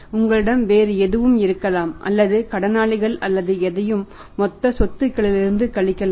உங்களிடம் வேறு எதுவும் இருக்கலாம் அல்லது கடனாளிகள் அல்லது எதையும் மொத்த சொத்துகளிலிருந்து கழிக்கலாம்